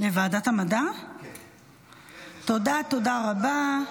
תודה רבה.